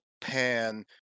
pan